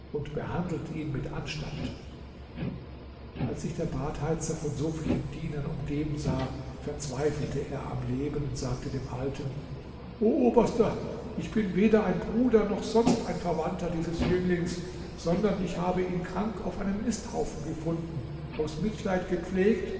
und behandelt ihn mit anstand als sich der badheizer von so vielen dienern umgeben sah verzweifelte er am leben und sagte dem alten o oberster ich bin weder ein bruder noch sonst ein verwandter dieses jünglings sondern ich habe ihn krank auf einem misthaufen gefunden aus mitleid gepflegt